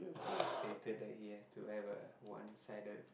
fated that he have to have a one sided